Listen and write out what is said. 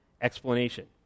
explanation